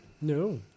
No